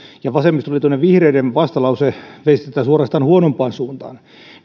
ja vasemmistoliiton ja vihreiden vastalause veisi tätä suorastaan huonompaan suuntaan